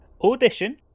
Audition